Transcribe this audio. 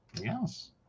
yes